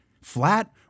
Flat